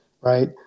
right